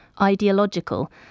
ideological